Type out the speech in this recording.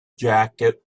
jacket